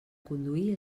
conduir